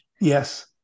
Yes